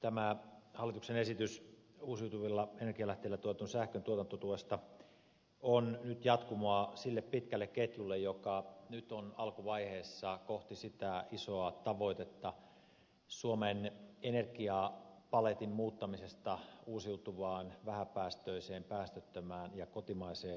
tämä hallituksen esitys uusiutuvilla energialähteillä tuotetun sähkön tuotantotuesta on nyt jatkumoa sille pitkälle ketjulle joka nyt on alkuvaiheessa kohti sitä isoa tavoitetta suomen energiapaletin muuttamisesta uusiutuvaan vähäpäästöiseen päästöttömään ja kotimaiseen suuntaan